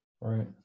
right